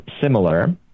similar